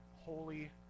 holy